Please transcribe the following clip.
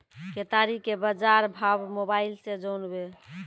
केताड़ी के बाजार भाव मोबाइल से जानवे?